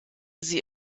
sie